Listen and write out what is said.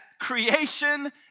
creation